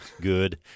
Good